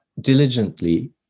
diligently